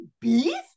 beef